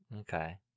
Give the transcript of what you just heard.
Okay